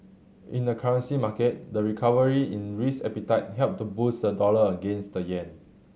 in the currency market the recovery in risk appetite helped to boost the dollar against the yen